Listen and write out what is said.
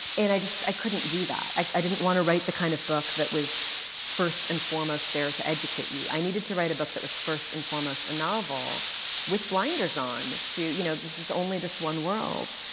and i just, i couldn't do that. i didn't want to write the kind of book that was first and foremost there to educate you. i needed to write a book that was first and foremost a novel with blinders on to you know, this is only this one world.